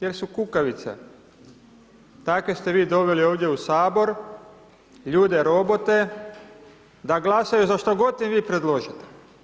Jel su kukavice, takve ste vi doveli ovdje u HS ljude robote da glasaju da za šta god im vi predložite.